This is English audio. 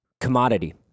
commodity